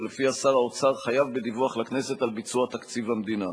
ולפיה שר האוצר חייב בדיווח לכנסת על ביצוע תקציב המדינה.